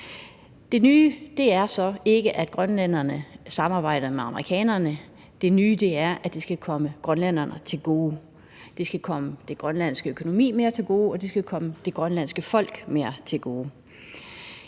Det nye er så ikke, at grønlænderne samarbejder med amerikanerne, men det nye er, at det skal komme grønlænderne til gode, at det skal komme den grønlandske økonomi mere til gode, og at det skal komme det grønlandske folk mere til de